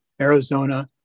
Arizona